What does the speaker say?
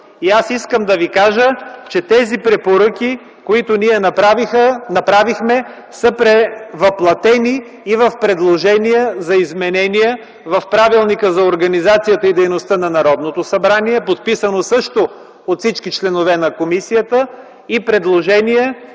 направихме препоръки. Тези препоръки, които ние направихме са превъплатени и в предложения за изменения в Правилника за организацията и дейността на Народното събрание, подписано също от всички членове на комисията, и предложение